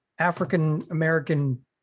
african-american